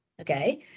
Okay